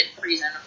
reason